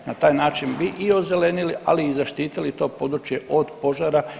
Na taj način bi i ozelenili, ali i zaštitili to područje od požara.